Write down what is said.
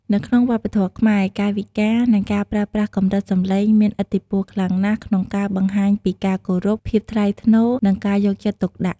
នៅក្នុងវប្បធម៌ខ្មែរ កាយវិការ និងការប្រើប្រាស់កម្រិតសំឡេងមានឥទ្ធិពលខ្លាំងណាស់ក្នុងការបង្ហាញពីការគោរព ភាពថ្លៃថ្នូរ និងការយកចិត្តទុកដាក់។